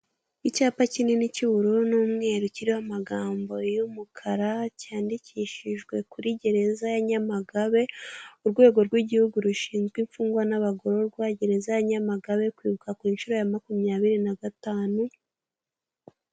Icyapa kinini cy'ubururu n'umweru kiriho amagambo y'umukara cyandikishijwe kuri gereza ya Nyamagabe, urwego rw'igihugu rushinzwe imfungwa n'abagororwa gereza ya nyamagabe kwibuka ku nshuro ya makumyabiri na gatanu.